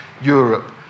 Europe